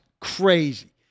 Crazy